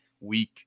week